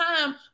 time